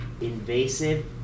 invasive